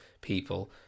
people